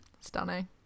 Stunning